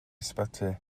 ysbyty